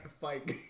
fight